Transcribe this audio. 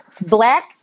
black